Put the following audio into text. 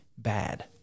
bad